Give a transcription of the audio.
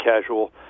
casual